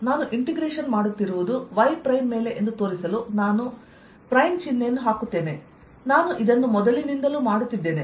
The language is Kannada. ನಾನು ಇಂಟೆಗ್ರೇಶನ್ ಮಾಡುತ್ತಿರುವುದು y ಪ್ರೈಮ್ ಮೇಲೆ ಎಂದು ತೋರಿಸಲು ನಾನು ಪ್ರೈಮ್ ಚಿಹ್ನೆಯನ್ನು ಹಾಕುತ್ತೇನೆ ನಾನು ಇದನ್ನು ಮೊದಲಿನಿಂದಲೂ ಮಾಡುತ್ತಿದ್ದೇನೆ